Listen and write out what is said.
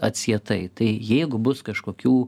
atsietai tai jeigu bus kažkokių